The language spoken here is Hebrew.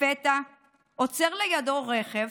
לפתע עוצר לידו רכב